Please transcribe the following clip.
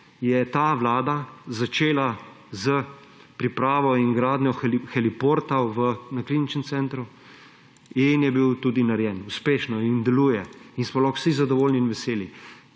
je ta vlada začela s pripravo in gradnjo heliporta na Kliničnem centru in je bil tudi uspešno narejen in deluje. In smo lahko vsi zadovoljni in veseli.